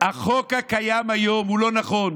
החוק הקיים היום לא נכון,